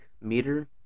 meter